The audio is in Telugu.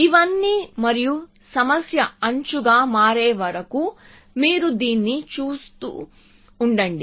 ఇవన్నీ మరియు సమస్య అంచుగా మారే వరకు మీరు దీన్ని చేస్తూ ఉండండి